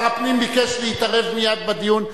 שר הפנים ביקש להתערב מייד בדיון.